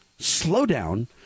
slowdown